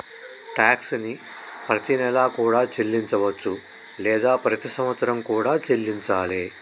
tax ని ప్రతినెలా కూడా చెల్లించవచ్చు లేదా ప్రతి సంవత్సరం కూడా చెల్లించాలే